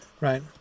right